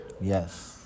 Yes